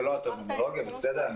זו לא הטרמינולוגיה הנכונה,